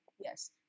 yes